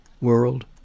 world